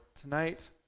tonight